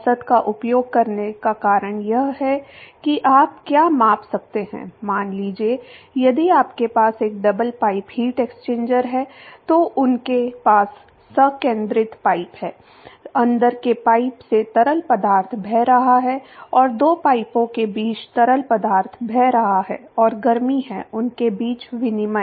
औसत का उपयोग करने का कारण यह है कि आप क्या माप सकते हैं मान लीजिए यदि आपके पास एक डबल पाइप हीट एक्सचेंजर है तो उनके पास संकेंद्रित पाइप हैं अंदर के पाइप से तरल पदार्थ बह रहा है और दो पाइपों के बीच तरल पदार्थ बह रहा है और गर्मी है उनके बीच विनिमय